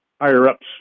higher-ups